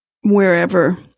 wherever